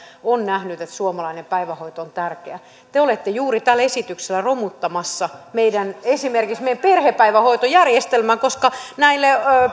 on nähnyt että suomalainen päivähoito on tärkeä te te olette juuri tällä esityksellä romuttamassa esimerkiksi meidän perhepäivähoitojärjestelmän koska näiltä